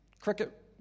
cricket